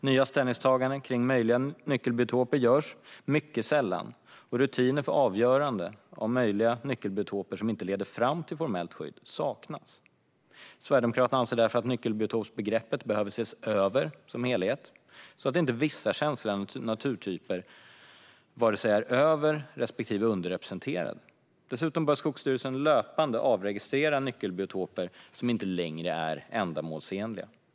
Nya ställningstaganden om möjliga nyckelbiotoper görs mycket sällan, och rutiner för avförande av möjliga nyckelbiotoper som inte leder fram till formellt skydd saknas. Sverigedemokraterna anser därför att nyckelbiotopsbegreppet som helhet behöver ses över så att inte vissa känsliga naturtyper är vare sig överrepresenterade eller underrepresenterade. Dessutom bör Skogsstyrelsen löpande avregistrera nyckelbiotoper som inte längre är ändamålsenliga.